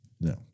No